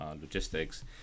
logistics